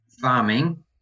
farming